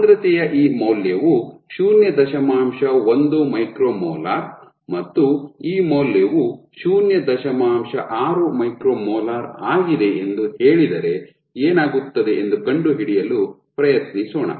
ಸಾಂದ್ರತೆಯ ಈ ಮೌಲ್ಯವು ಶೂನ್ಯ ದಶಮಾಂಶ ಒಂದು ಮೈಕ್ರೊ ಮೋಲಾರ್ ಮತ್ತು ಈ ಮೌಲ್ಯವು ಶೂನ್ಯ ದಶಮಾಂಶ ಆರು ಮೈಕ್ರೋ ಮೋಲಾರ್ ಆಗಿದೆ ಎಂದು ಹೇಳಿದರೆ ಏನಾಗುತ್ತದೆ ಎಂದು ಕಂಡುಹಿಡಿಯಲು ಪ್ರಯತ್ನಿಸೋಣ